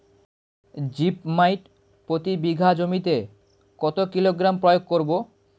Zip মাইট প্রতি বিঘা জমিতে কত কিলোগ্রাম প্রয়োগ করব?